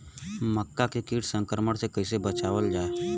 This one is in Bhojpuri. मक्का के कीट संक्रमण से कइसे बचावल जा?